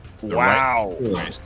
wow